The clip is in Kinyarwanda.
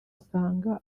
usanga